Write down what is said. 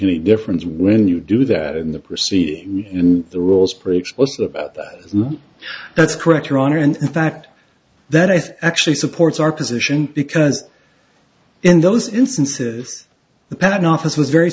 any difference when you do that in the proceeding in the rules pretty explicit about that that's correct your honor and in fact that i thought actually supports our position because in those instances the patent office was very